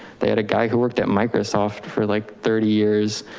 they had a guy who worked at microsoft for like thirty years,